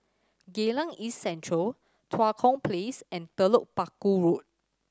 Geylang East Central Tua Kong Place and Telok Paku Road